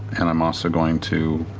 and i'm also going to